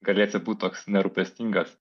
galėsi būt toks nerūpestingas